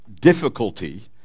difficulty